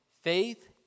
faith